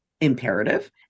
imperative